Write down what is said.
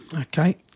Okay